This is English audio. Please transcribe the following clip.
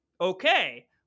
Okay